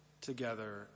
Together